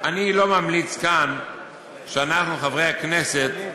אני לא ממליץ כאן שאנחנו, חברי הכנסת,